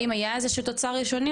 האם היה איזשהו תוצר ראשוני?